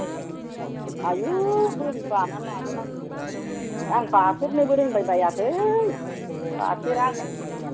ए आयु बोरै बानानै लाबोनांगौ जाखो आं बाफेरनोबो रोंबायबायाखै बाफेरा आङो जेबो